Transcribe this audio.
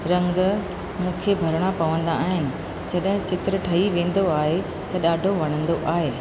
रंग मूंखे भरिणा पवंदा आहिनि जॾहिं चित्र ठही वेंदो आहे त ॾाढो वणंदो आहे